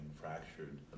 fractured